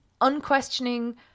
unquestioning